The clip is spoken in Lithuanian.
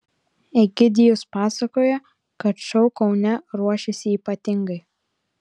egidijus pasakoja kad šou kaune ruošiasi ypatingai